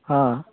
ہاں